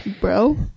Bro